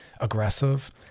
aggressive